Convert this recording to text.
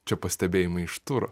čia pastebėjimai iš turo